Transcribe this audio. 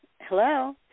Hello